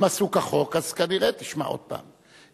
אם עשו כחוק, אז כנראה, תשמע, עוד פעם,